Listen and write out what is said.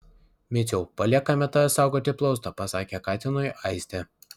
miciau paliekame tave saugoti plaustą pasakė katinui aistė